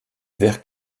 vers